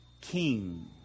king